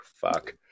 fuck